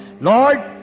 Lord